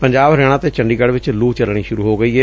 ਪੰਜਾਬ ਹਰਿਆਣਾ ਅਤੇ ਚੰਡੀਗੜੁ ਵਿਚ ਲੂ ਚਲਣੀ ਸੁਰੂ ਹੋ ਗਈ ਏ